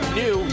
new